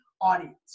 audience